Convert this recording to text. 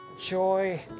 joy